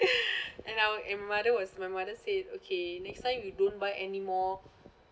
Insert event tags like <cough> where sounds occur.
<laughs> and I were and mother was my mother said okay next time we don't buy anymore